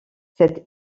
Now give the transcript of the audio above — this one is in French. cet